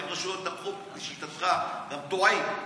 האם רשויות החוק לשיטתך גם טועים?